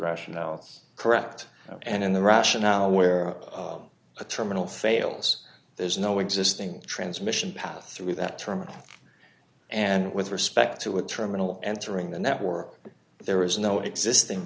rationales correct and in the rationale where a terminal fails there's no existing transmission path through that terminal and with respect to a terminal entering the network there is no existing